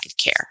care